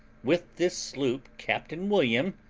with this sloop captain william,